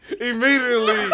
Immediately